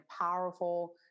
powerful